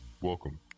Welcome